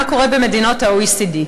מה קורה במדינות ה-OECD,